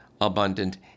abundant